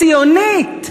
ציונית?